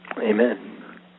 Amen